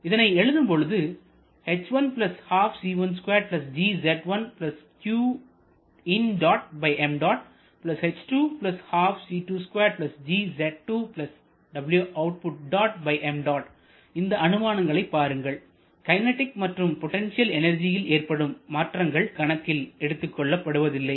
இதனை எழுதும் பொழுது இந்த அனுமானங்களை பாருங்கள் கைனெடிக் மற்றும் பொட்டென்சியல் எனர்ஜியில் ஏற்படும் மாற்றங்கள் கணக்கில் எடுத்துக்கொள்ளபடுவதில்லை